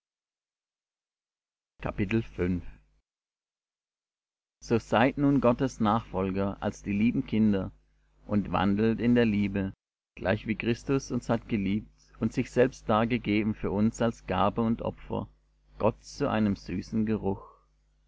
so seid nun gottes nachfolger als die lieben kinder und wandelt in der liebe gleichwie christus uns hat geliebt und sich selbst dargegeben für uns als gabe und opfer gott zu einem süßen geruch